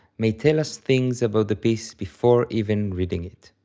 may tell us things about the piece before even reading it.